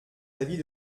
l’avis